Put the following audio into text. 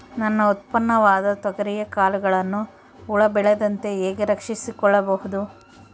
ನನ್ನ ಉತ್ಪನ್ನವಾದ ತೊಗರಿಯ ಕಾಳುಗಳನ್ನು ಹುಳ ಬೇಳದಂತೆ ಹೇಗೆ ರಕ್ಷಿಸಿಕೊಳ್ಳಬಹುದು?